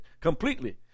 completely